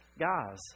guys